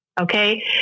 Okay